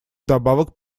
вдобавок